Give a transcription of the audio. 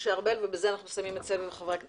משה ארבל ובזה אנחנו מסיימים את סבב חברי הכנסת.